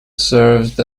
served